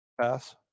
Pass